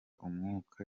umwuka